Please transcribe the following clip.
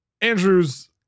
Andrew's